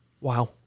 Wow